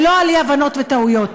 ולא על אי-הבנות וטעויות.